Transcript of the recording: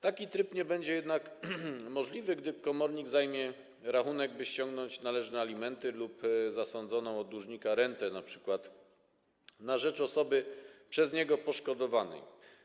Taki tryb nie będzie jednak możliwy, gdy komornik zajmie rachunek, by ściągnąć należne alimenty lub zasądzoną od dłużnika rentę, np. na rzecz osoby przez niego poszkodowanej.